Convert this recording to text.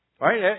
right